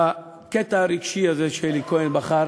בקטע הרגשי הזה, שאלי כהן בחר,